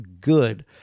good